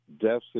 death